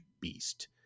beast